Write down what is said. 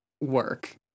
work